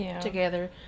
together